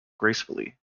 gracefully